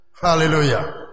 Hallelujah